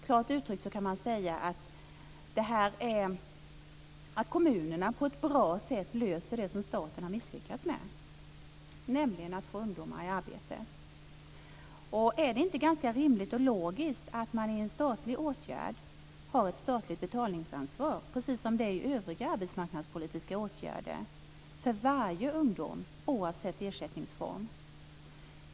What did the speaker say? Klart uttryckt kan man säga att kommunerna på ett bra sätt löser det som staten har misslyckats med, nämligen att få ungdomar i arbete. Är det inte ganska rimligt och logiskt att man i en statlig åtgärd har ett statligt betalningsansvar, precis som det är i övriga arbetsmarknadspolitiska åtgärder för varje ung människa, oavsett ersättningsform?